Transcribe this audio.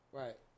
right